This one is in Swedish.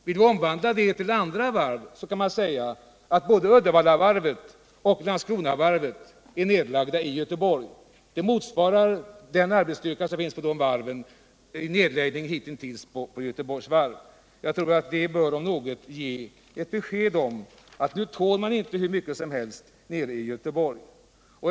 Vill man omvandla det till andra varv kan man säga att både Uddevallavarvet och Landskronavarvet är nedlagda i Göteborg. Nedläggningen hittills av Göteborgs varv motsvarar nämligen den arbetsstyrka som finns på de varven. Detta bör om något ge besked om att nu tål man inte hur mycket som helst nere i Göteborg.